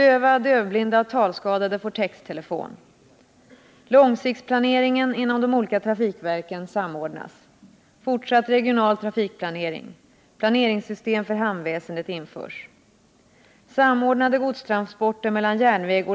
Långsiktsplaneringen inom de olika trafikverken samordnas. Fortsatt regional trafikplanering sker.